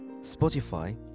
Spotify